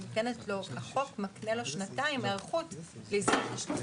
החוק מקנה לו שנתיים היערכות לייזום תשלומים.